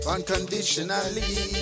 Unconditionally